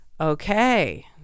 Okay